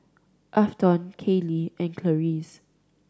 Afton Kailey and Clarice